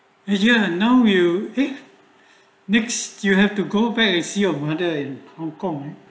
you you know you ah next you have to go back to see of mother hong kong